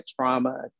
trauma